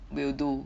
will do